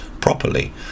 properly